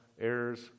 errors